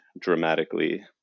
dramatically